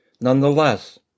Nonetheless